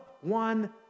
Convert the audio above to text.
one